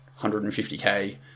150K